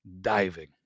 diving